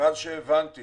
מאז שהבנתי